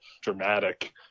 dramatic